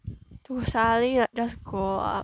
to suddenly like just grow up